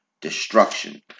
destruction